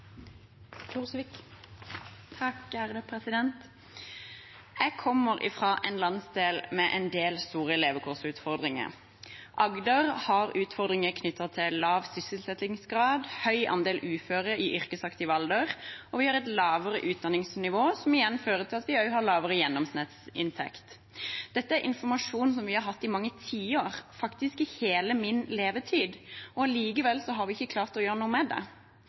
Jeg kommer fra en landsdel med en del store levekårsutfordringer. Agder har utfordringer knyttet til lav sysselsettingsgrad, høy andel uføre i yrkesaktiv alder, og vi har et lavere utdanningsnivå, som igjen fører til at vi også har lavere gjennomsnittsinntekt. Dette er informasjon som vi har hatt i mange tiår, faktisk i hele min levetid, og likevel har vi ikke klart å gjøre noe med det.